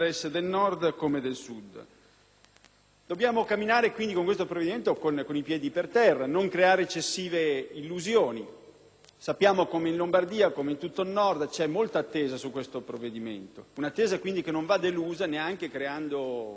Dobbiamo camminare con questo provvedimento con i piedi per terra, non creare eccessive illusioni. Sappiamo come in Lombardia e in tutto il Nord ci sia molta attesa per questo provvedimento e come questa non vada delusa neanche creando castelli per aria.